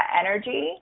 energy